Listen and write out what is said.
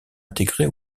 intégrée